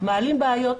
מעלים בעיות,